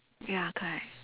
ya correct